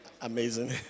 Amazing